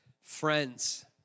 friends